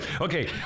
okay